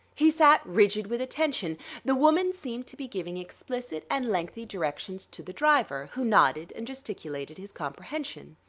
he sat rigid with attention the woman seemed to be giving explicit and lengthy directions to the driver, who nodded and gesticulated his comprehension.